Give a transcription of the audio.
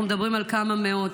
אנחנו מדברים על כמה מאות.